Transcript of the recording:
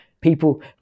people